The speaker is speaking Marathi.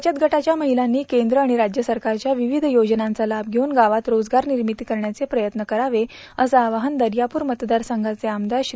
बचत गटाच्या महिलांनी केंद्र आणि राज्य सरकारच्या विविध योजनांचा लाभ षेवून गावात रोजगार निर्मिती करण्याचं प्रयत्न करावं असं आवाहन दर्याप्रर मतदार संघाचे आमदार श्री